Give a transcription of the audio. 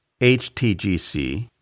HTGC